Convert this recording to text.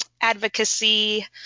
advocacy